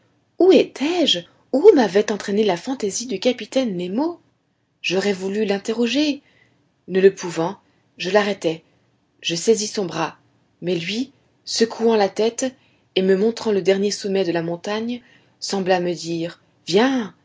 où étais-je où m'avait entraîné la fantaisie du capitaine nemo j'aurais voulu l'interroger ne le pouvant je l'arrêtai je saisis son bras mais lui secouant la tête et me montrant le dernier sommet de la montagne sembla me dire viens